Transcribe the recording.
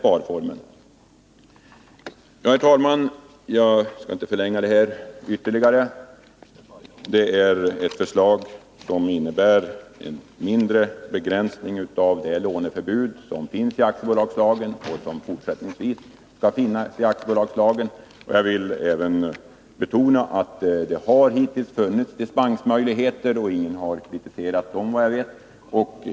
Herr talman! Jag skall inte förlänga debatten ytterligare. Förslaget innebär en mindre begränsning av det låneförbud som finns i aktiebolagslagen och som skall finnas även i fortsättningen. Jag vill betona att det hittills har funnits dispensmöjligheter, och, såvitt jag vet, har ingen kritiserat dessa.